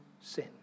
sin